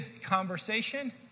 conversation